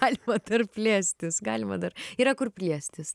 galima dar plėstis galima dar yra kur plėstis